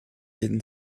jeden